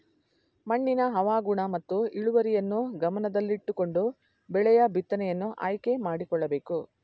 ಮಣ್ಣಿನ ಹವಾಗುಣ ಮತ್ತು ಇಳುವರಿಯನ್ನು ಗಮನದಲ್ಲಿಟ್ಟುಕೊಂಡು ಬೆಳೆಯ ಬಿತ್ತನೆಯನ್ನು ಆಯ್ಕೆ ಮಾಡಿಕೊಳ್ಳಬೇಕು